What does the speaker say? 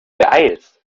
beeilst